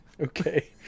Okay